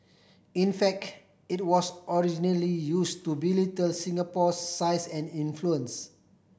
in fact it was originally use to belittle Singapore size and influence